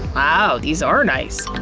wow, these are nice.